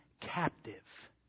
captive